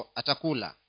atakula